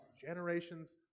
generations